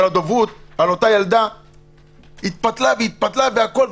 של הדוברות על אותה ילדה התפתלה והתפתלה והכול,